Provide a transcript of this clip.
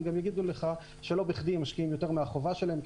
אז הם יגידו לך שלא בכדי הם משקיעים יותר מהחובה שלהם,